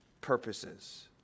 purposes